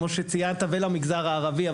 ולמגזר הערבי.